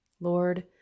Lord